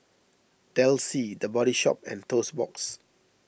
Delsey the Body Shop and Toast Box